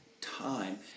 time